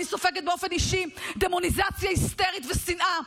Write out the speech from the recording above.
אני סופגת באופן אישי דמוניזציה היסטרית ושנאה.